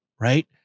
right